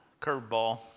curveball